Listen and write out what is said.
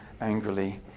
angrily